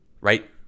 right